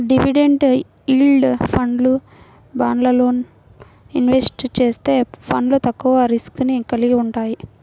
dividend yield ఫండ్లు, బాండ్లల్లో invest చేసే ఫండ్లు తక్కువ రిస్క్ ని కలిగి వుంటయ్యి